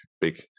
big